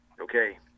okay